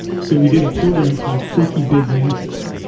so we did a program called freaky big naturally.